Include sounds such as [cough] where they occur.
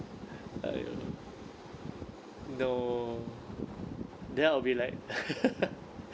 I don't know no then I'll be like [laughs]